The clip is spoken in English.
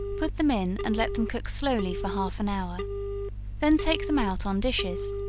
put them in and let them cook slowly for half an hour then take them out on dishes,